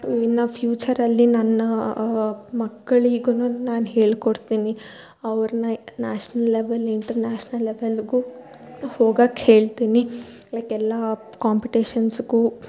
ಇನ್ನ ಫ್ಯೂಚರಲ್ಲಿ ನನ್ನ ಮಕ್ಕಳಿಗು ನಾನು ಹೇಳಿಕೊಡ್ತಿನಿ ಅವರನ್ನ ನ್ಯಾಷ್ನಲ್ ಲೆವೆಲ್ ಇಂಟರ್ನ್ಯಾಷ್ನಲ್ ಲೆವೆಲ್ಗು ಹೋಗೋಕ್ ಹೇಳ್ತಿನಿ ಲೈಕ್ ಎಲ್ಲ ಕಾಂಪಿಟೇಷನ್ಸ್ಗು